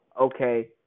okay